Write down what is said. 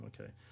okay